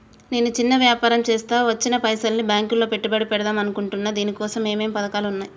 నేను చిన్న వ్యాపారం చేస్తా వచ్చిన పైసల్ని బ్యాంకులో పెట్టుబడి పెడదాం అనుకుంటున్నా దీనికోసం ఏమేం పథకాలు ఉన్నాయ్?